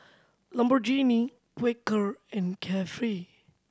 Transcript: Lamborghini Quaker and Carefree